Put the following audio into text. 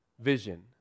vision